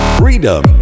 freedom